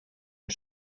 een